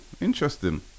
Interesting